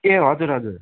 ए हजुर हजुर